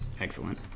Excellent